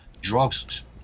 Drugs